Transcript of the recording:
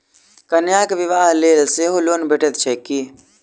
कन्याक बियाह लेल सेहो लोन भेटैत छैक की?